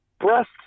breasts